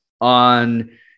on